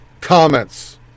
comments